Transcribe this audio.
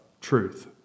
truth